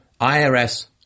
IRS